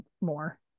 more